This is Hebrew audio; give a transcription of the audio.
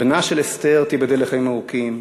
בנה של אסתר, תיבדל לחיים ארוכים,